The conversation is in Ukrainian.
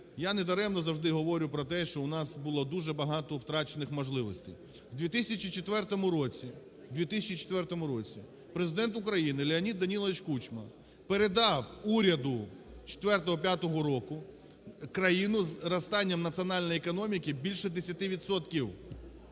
я недаремно завжди говорю про те, що у нас було дуже багато втрачених можливостей. В 2004 році, в 2004 році Президент України Леонід Данилович Кучма передав уряду 2004-2005 року країну зі зростанням національної економіки більше 10